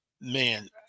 man